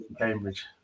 Cambridge